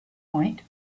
point